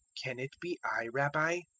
can it be i, rabbi?